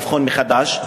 לבחון מחדש,